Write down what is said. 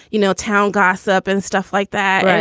you know, town gossip and stuff like that.